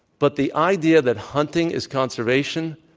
but the idea that hunting is conservation,